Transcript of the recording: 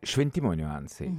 šventimo niuansai